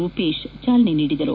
ರೂಪೇಶ್ ಚಾಲನೆ ನೀಡಿದರು